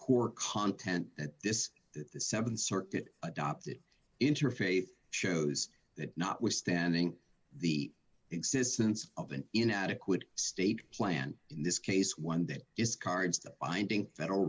core content that this that the th circuit adopted interfaith shows that notwithstanding the existence of an inadequate state plan in this case one that is cards to finding federal